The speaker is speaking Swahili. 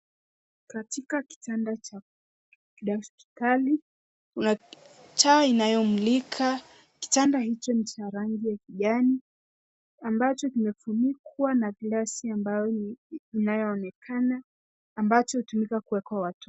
Katika kitanda cha daktari, kuna taa inayomulika. Kitanda hicho ni cha rangi ya kijani ambacho kimefunikwa na glasi ambayo inayoonekana ambacho hutumika kueka watoto.